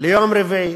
ליום רביעי.